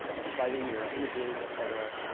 spriting your images, et cetera.